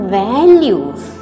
values